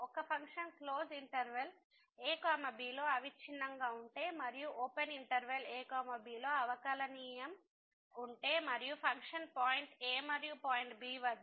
ఒక function close interval a b లో అవిచ్ఛిన్నంగా ఉంటే మరియు ఓపెన్ ఇంటర్వెల్ a b లో అవకలనియమం differentiable డిఫరెన్షియబల్ ఉంటే మరియు ఫంక్షన్ పాయింట్ a మరియు పాయింట్ b వద్ద